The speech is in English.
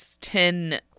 ten